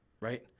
right